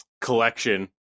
collection